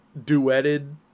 duetted